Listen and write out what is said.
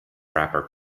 rapper